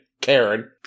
Karen